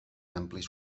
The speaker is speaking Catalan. amplis